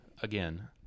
again